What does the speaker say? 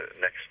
next